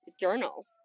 journals